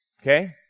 Okay